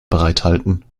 bereithalten